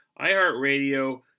iHeartRadio